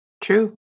True